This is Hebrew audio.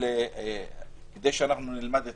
כדי שנלמד את